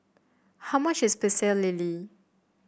how much is Pecel Lele